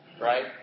Right